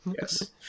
Yes